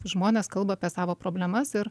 žmonės kalba apie savo problemas ir